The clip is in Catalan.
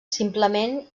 simplement